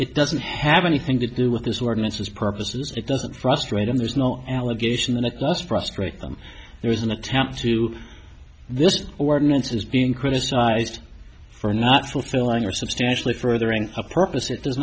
it doesn't have anything to do with this ordinances purposes it doesn't frustrate them there's no allegation that just frustrate them there was an attempt to this ordinance is being criticized for not fulfilling or substantially furthering a purpose it